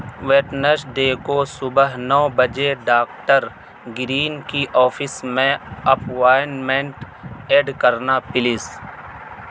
Wednesday کو صبح نو بجے ڈاکٹر گرین کی آفس میں اپوائینمنٹ ایڈ کرنا پلیز